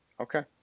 Okay